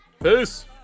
Peace